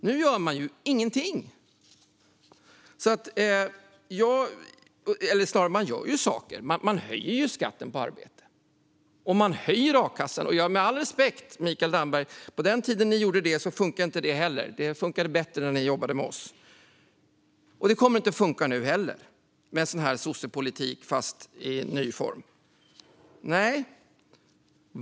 Nu gör man ingenting - eller snarare några saker: Man höjer skatten på arbete, och man höjer a-kassan. Med all respekt, Mikael Damberg - på den tiden ni gjorde det funkade det inte. Det funkade bättre när ni jobbade med oss. Sossepolitik fast i ny form kommer inte att funka nu heller.